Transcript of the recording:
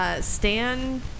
Stan